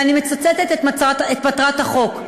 ואני מצטטת את מטרת החוק,